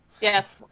Yes